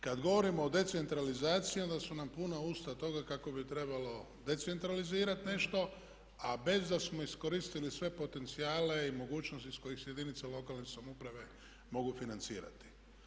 Kad govorimo o decentralizaciji onda su nam puna usta toga kako bi trebalo decentralizirati nešto a bez da smo iskoristili sve potencijale i mogućnosti iz kojih se jedinice lokalne samouprave mogu financirati.